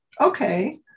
okay